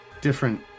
different